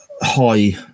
high